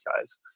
guys